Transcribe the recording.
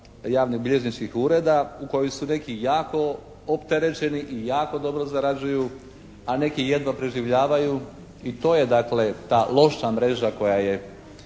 javnobilježničkih ureda u kojoj su neki jako opterećeni i jako dobro zarađuju, a neki jedva preživljavaju. I to je dakle ta loša mreža koja je